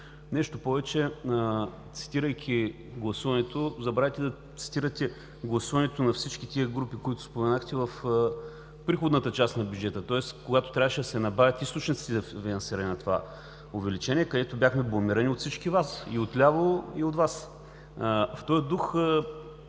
Нещо повече, цитирайки гласуването, забравихте да цитирате гласуването на всички тези групи, които споменахте, в приходната част на бюджета, когато трябваше да се набавят източниците на финансиране на това увеличение, където бяхме бламирани от всички Вас – и отляво, и от Вас. В този дух